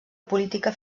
política